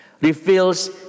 reveals